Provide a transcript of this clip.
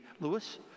Lewis